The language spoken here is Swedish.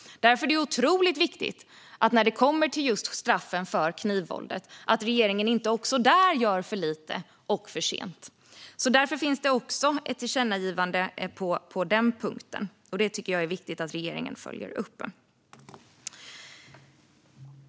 Därför är det otroligt viktigt när det kommer till just straffen för knivvåld att regeringen inte gör för lite och för sent även där. Därför föreslår utskottet även ett tillkännagivande på den punkten, och det tycker jag är viktigt att regeringen följer upp.